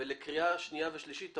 לקריאה שנייה ושלישית,